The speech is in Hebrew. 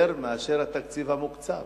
יותר מאשר התקציב המוקצב.